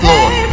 Lord